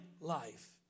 life